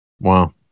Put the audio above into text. Wow